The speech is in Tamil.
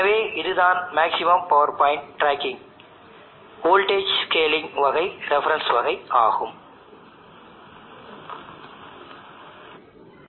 எனவே மேக்ஸிமம் பவர் பாயிண்ட் டிராக்கிங்கைப் பெறுவதற்கான இந்த முறை கரண்ட் ஸ்கேலிங் முறை reference cell with current scale முறை என அழைக்கப்படுகிறது